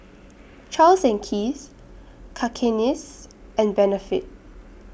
Charles and Keith Cakenis and Benefit